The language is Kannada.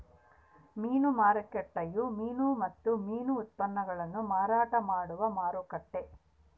ಮೀನು ಮಾರುಕಟ್ಟೆಯು ಮೀನು ಮತ್ತು ಮೀನು ಉತ್ಪನ್ನಗುಳ್ನ ಮಾರಾಟ ಮಾಡುವ ಮಾರುಕಟ್ಟೆ